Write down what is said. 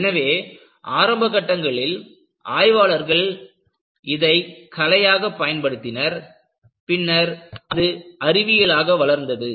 எனவே ஆரம்ப கட்டங்களில் ஆய்வாளர்கள் இதை கலையாகப் பயன்படுத்தினர் பின்னர் அது அறிவியலாக வளர்ந்தது